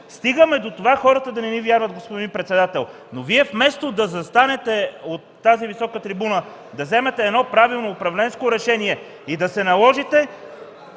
стигаме до това хората да не ни вярват, господин председател. Вие вместо да застанете от тази висока трибуна, да вземете правилно управленско решение и да се наложите,